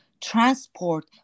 transport